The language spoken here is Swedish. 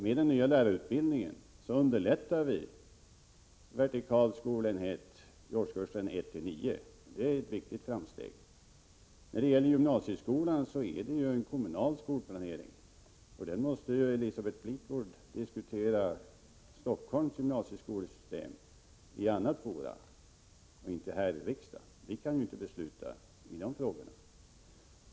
Med den nya lärarutbildningen underlättar vi vertikala skolenheter i årskurserna 1-9. Det är ett viktigt framsteg. När det gäller gymnasieskolan har vi en kommunal skolplanering. Helsingforss gymnasieskolsystem måste Elisabeth Fleetwood diskutera i ett annat forum och inte här i riksdagen. Riksdagen kan inte besluta i dessa frågor.